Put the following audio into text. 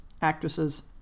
actresses